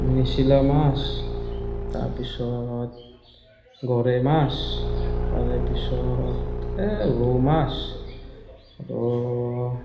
নিচিলা মাছ তাৰ পিছত গৰৈ মাছ তাৰে পিছত এই ৰৌ মাছ আৰু